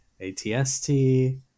ATST